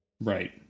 Right